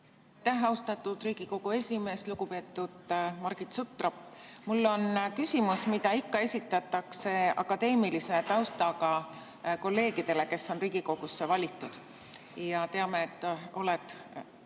austatud Riigikogu esimees! Lugupeetud Margit Sutrop! Mul on küsimus, mida ikka esitatakse akadeemilise taustaga kolleegidele, kes on Riigikogusse valitud. Teame, et oled